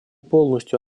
полностью